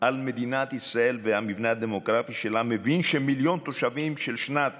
על מדינת ישראל והמבנה הדמוגרפי שלה מבין שמיליון תושבים של שנת